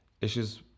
issues